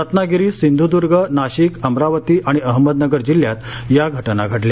रत्नागिरी सिंधुद्ग नाशिक अमरावती आणि अहमदनगर जिल्ह्यात या घटना घडल्या